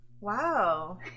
Wow